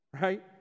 right